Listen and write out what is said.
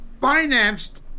financed